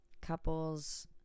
couples